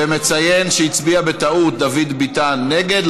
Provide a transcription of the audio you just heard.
ומציין שדוד ביטן הצביע בטעות נגד,